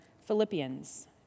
Philippians